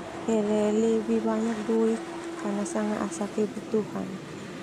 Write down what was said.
Hele lebih banyak doik karena sanga asa kebutuhan.